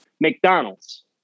McDonald's